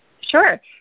Sure